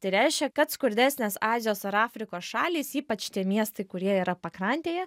tai reiškia kad skurdesnės azijos ar afrikos šalys ypač tie miestai kurie yra pakrantėje